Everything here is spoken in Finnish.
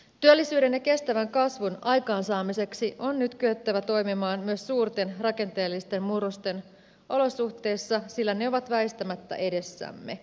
työllisyyden ja kestävän kasvun aikaansaamiseksi on nyt kyettävä toimimaan myös suurten rakenteellisten murrosten olosuhteissa sillä ne ovat väistämättä edessämme